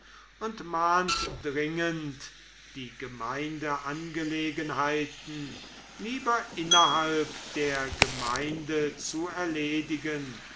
und mahnt dringend die gemeindeangelegenheiten lieber innerhalb der gemeinde zu erledigen